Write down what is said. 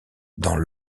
dans